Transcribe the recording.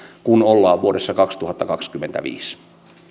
kun ollaan vuodessa kaksituhattakaksikymmentäviisi